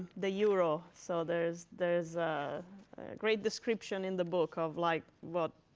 the euro so there is there is a great description in the book of like, but